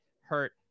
hurt